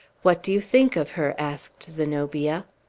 what do you think of her? asked zenobia.